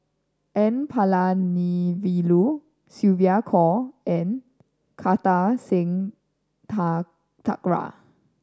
N Palanivelu Sylvia Kho and Kartar Singh Thakral